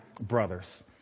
brothers